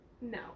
No